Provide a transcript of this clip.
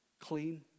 clean